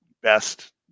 Best